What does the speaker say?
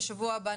בשבוע הבא,